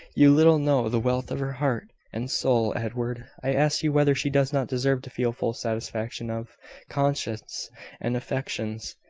you little know the wealth of her heart and soul, edward. i ask you whether she does not deserve to feel full satisfaction of conscience and affections,